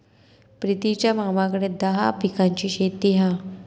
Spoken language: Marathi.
प्रितीच्या मामाकडे दहा पिकांची शेती हा